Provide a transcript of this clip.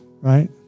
Right